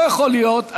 לא יכול להיות,